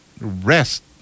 rest